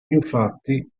infatti